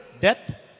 Death